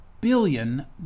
billion